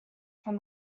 from